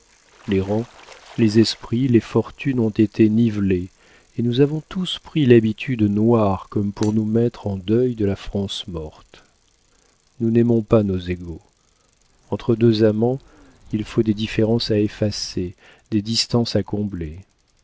les rangs les esprits les fortunes ont été nivelés et nous avons tous pris l'habit noir comme pour nous mettre en deuil de la france morte nous n'aimons pas nos égaux entre deux amants il faut des différences à effacer des distances